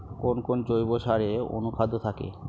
কোন কোন জৈব সারে অনুখাদ্য থাকে?